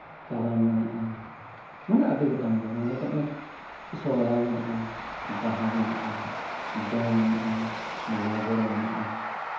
ᱠᱟᱨᱟᱢ ᱢᱮᱱᱟᱜᱼᱟ ᱢᱮᱱᱟᱜᱼᱟ ᱟᱹᱰᱤ ᱜᱚᱴᱟᱝ ᱜᱮ ᱢᱚᱱᱮ ᱠᱟᱜ ᱢᱮ ᱥᱚᱨᱦᱟᱭ ᱢᱮᱱᱟᱜᱼᱟ ᱵᱟᱦᱟ ᱢᱮᱱᱟᱜᱼᱟ ᱫᱚᱝ ᱢᱮᱱᱟᱜᱼᱟ ᱞᱟᱜᱽᱲᱮ ᱢᱮᱱᱟᱜᱼᱟ